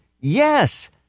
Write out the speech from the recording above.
Yes